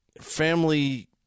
Family